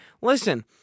Listen